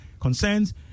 concerns